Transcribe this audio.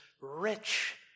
rich